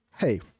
hey